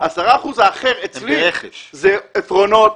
ה-10 אחוז האחרים אצלי אלה עפרונות,